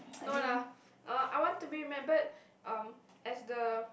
no lah uh I want to be remembered um as the